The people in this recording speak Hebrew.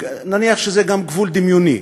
נניח שזה גם גבול דמיוני,